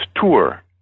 tour